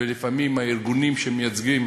ולפעמים הארגונים שמייצגים